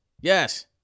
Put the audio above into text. Yes